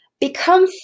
Become